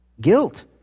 Guilt